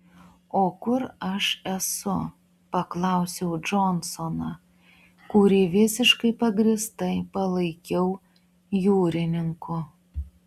o kur aš esu paklausiau džonsoną kurį visiškai pagrįstai palaikiau jūrininku